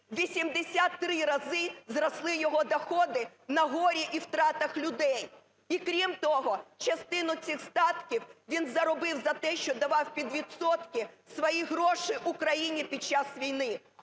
83 рази зросли його доходи на горі і втратах людей. І, крім того, частину цих статків він заробив за те, що давав під відсотки свої гроші Україні під час війни.